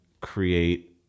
create